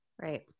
right